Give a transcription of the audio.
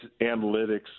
analytics